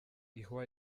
ihwa